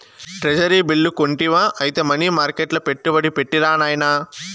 treasury bill కొంటివా ఐతే money మర్కెట్ల పెట్టుబడి పెట్టిరా నాయనా